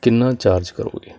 ਕਿੰਨਾ ਚਾਰਜ ਕਰੋਗੇ